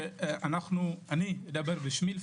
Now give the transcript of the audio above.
אני מדבר בשמי.